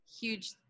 huge